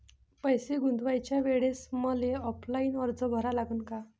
पैसे गुंतवाच्या वेळेसं मले ऑफलाईन अर्ज भरा लागन का?